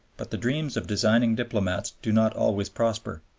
but the dreams of designing diplomats do not always prosper,